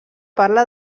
parla